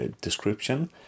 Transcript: description